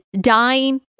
dying